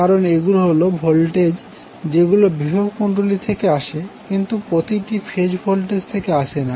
কারন এগুলো হল ভোল্টেজ যেগুলো বিভব কুণ্ডলী থেকে আসে কিন্তু প্রতিটি ফেজ ভোল্টেজ থেকে আসে না